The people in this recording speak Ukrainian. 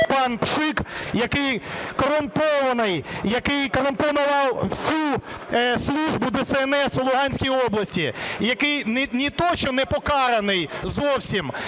пана Пшика, який корумпований, який корумпував всю службу ДСНС у Луганській області, який, не те що не покараний зовсім,